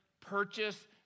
purchase